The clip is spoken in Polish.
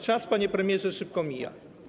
Czas, panie premierze, szybko mija.